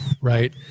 right